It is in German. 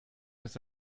ist